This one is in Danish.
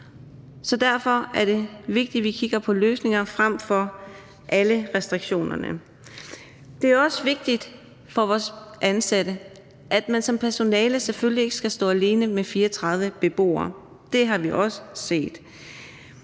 Så derfor er det vigtigt, at vi kigger på løsninger frem for på alle restriktionerne. Det er også vigtigt for vores ansatte, at man som personale selvfølgelig ikke skal stå alene med 34 beboere – det har vi også set.